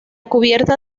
cubierta